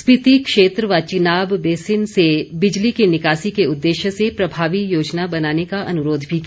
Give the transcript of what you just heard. स्पिति क्षेत्र व चिनाब बेसिन से बिजली की निकासी के उद्देश्य से प्रभावी योजना बनाने का अनुरोध भी किया